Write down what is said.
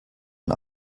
und